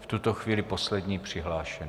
V tuto chvíli poslední přihlášený.